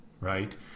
right